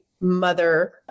mother